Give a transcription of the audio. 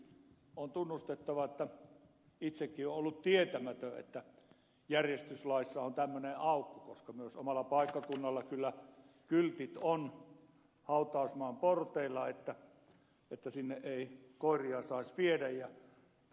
on tunnustettava että itsekin olen ollut tietämätön että järjestyslaissa on tämmöinen aukko koska myös omalla paikkakunnallani kyllä kyltit ovat hautausmaan porteilla että sinne ei koiria saisi viedä ja tietenkin olen sitä noudattanut